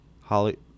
Holly